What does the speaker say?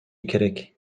керек